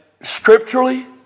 scripturally